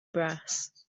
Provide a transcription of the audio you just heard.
brass